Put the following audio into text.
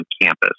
campus